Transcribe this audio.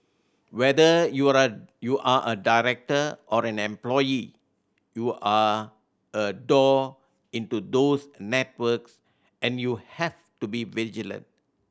whether you you're a director or an employee you're a door into those networks and you have to be vigilant